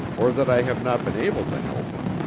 or that i have not been able to help it.